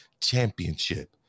championship